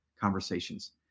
conversations